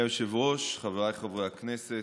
אדוני היושב-ראש, חבריי חברי הכנסת,